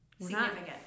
significant